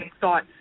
thought